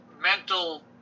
mental